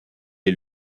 est